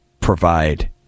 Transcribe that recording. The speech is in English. provide